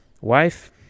Wife